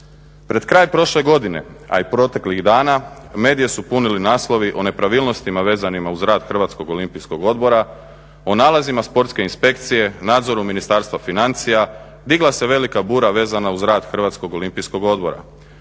Pred kraj prošle godine, a i proteklih dana medije su punili naslovi o nepravilnostima vezanima uz rad Hrvatskog olimpijskog odbora, o nalazima sportske inspekcije, nadzoru Ministarstva financija, digla se velika bura vezana uz rad Hrvatskog olimpijskog odbora.